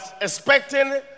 expecting